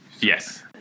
Yes